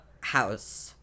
house